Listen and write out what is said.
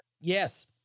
yes